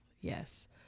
Yes